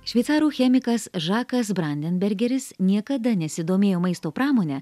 šveicarų chemikas žakas brandenbergeris niekada nesidomėjo maisto pramone